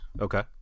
Okay